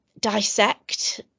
dissect